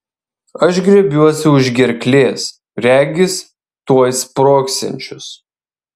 aš griebiuosi už gerklės regis tuoj sprogsiančios